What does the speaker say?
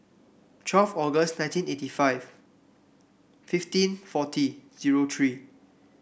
twelve August nineteen eighty five fifteen forty zero three